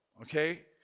okay